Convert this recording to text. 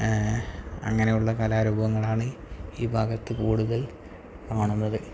അങ്ങനെയുള്ള കലാരൂപങ്ങളാണ് ഈ ഭാഗത്ത് കൂടുതൽ കാണുന്നത്